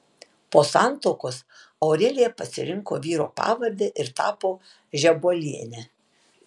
po santuokos aurelija pasirinko vyro pavardę ir tapo žebuoliene